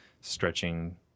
stretching